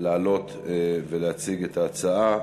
לעלות ולהציג את ההצעה,